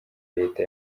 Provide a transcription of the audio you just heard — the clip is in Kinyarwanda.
leta